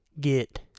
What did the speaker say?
Get